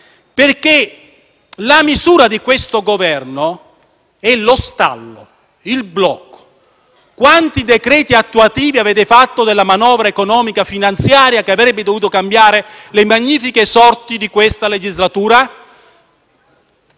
perché la misura di questo Governo è lo stallo, il blocco. Quanti decreti attuativi avete fatto della manovra economica finanziaria che avrebbe dovuto cambiare le magnifiche sorti di questa legislatura?